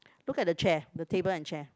look at the chair the table and chair